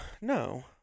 No